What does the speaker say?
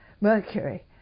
mercury